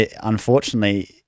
unfortunately